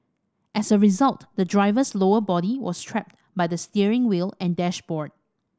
as a result the driver's lower body was trapped by the steering wheel and dashboard